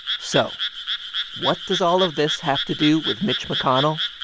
so what does all of this have to do with mitch mcconnell?